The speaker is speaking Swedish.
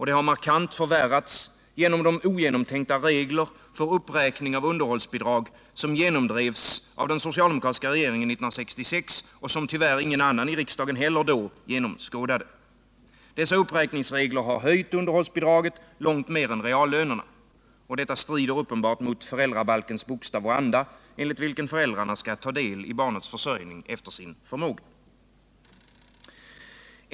Det har markant förvärrats genom de ogenomtänkta regler för uppräkning av underhållsbidrag som genomdrevs av den socialdemokratiska regeringen 1966 och som tyvärr ingen i riksdagen heller då genomskådade. Dessa uppräkningsregler har höjt underhållsbidragen långt mer än reallönerna. Detta strider uppenbart mot föräldrabalkens bokstav och anda, enligt vilken föräldrarna skall ta del i barnets försörjning efter sin förmåga.